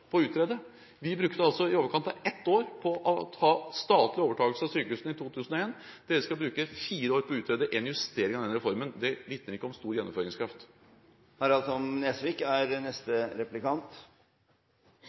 på å utrede. Vi brukte i overkant av ett år på statlig overtakelse av sykehusene i 2001. Denne regjeringen skal bruke fire år på å utrede en justering av reformen. Det vitner ikke om stor gjennomføringskraft. Også jeg vil ønske Stoltenberg velkommen tilbake til Stortinget. Jeg må innrømme at gleden er